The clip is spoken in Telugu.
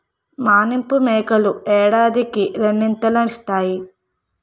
మానిపు మేకలు ఏడాదికి రెండీతలీనుతాయి